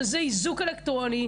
שזה איזוק אלקטרוני,